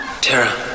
Tara